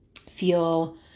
feel